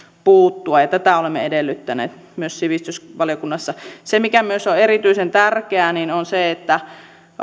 puuttua tätä olemme edellyttäneet myös sivistysvaliokunnassa se mikä myös on erityisen tärkeää on se että